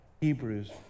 Hebrews